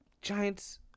Giants